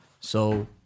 So-